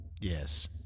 Yes